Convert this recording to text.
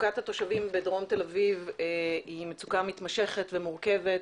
מצוקת התושבים בדרום תל אביב מצוקה מתמשכת ומורכבות,